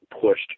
pushed